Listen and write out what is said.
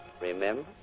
Remember